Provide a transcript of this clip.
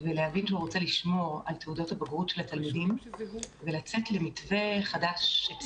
ולהבין שהוא רוצה לשמור על תעודות הבגרות של התלמידים ולצאת למתווה חדש.